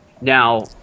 Now